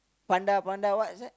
panda panda what is that